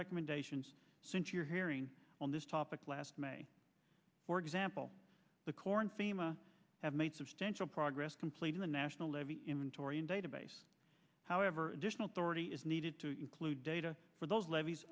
recommendations since your hearing on this topic last may for example the corn fema have made substantial progress completing the national levee inventory in database however additional thirty is needed to include data for those l